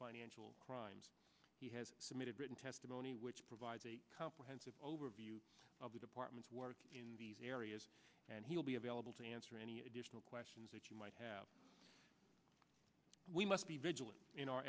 financial crimes he has submitted written testimony which provides a comprehensive overview of the department's work in these areas and he will be available to answer any additional questions that you might have we must be vigilant in our